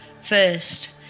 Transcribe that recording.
First